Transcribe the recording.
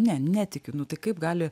ne netikiu nu tai kaip gali